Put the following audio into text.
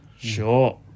Sure